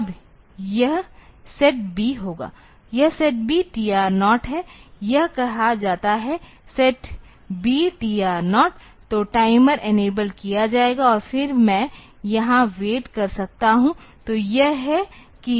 तब यह SETB होगा यह SETB TR0 है यह कहा जाता है SETB TR0 तो टाइमर इनेबल किया जाएगा और फिर मैं यहां वेट कर सकता हूं